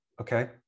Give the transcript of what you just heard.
okay